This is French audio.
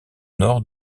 nord